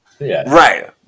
right